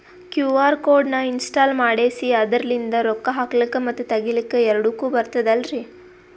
QR code ನ install ಮಾಡೆಸಿ ಅದರ್ಲಿಂದ ರೊಕ್ಕ ಹಾಕ್ಲಕ್ಕ ಮತ್ತ ತಗಿಲಕ ಎರಡುಕ್ಕು ಬರ್ತದಲ್ರಿ?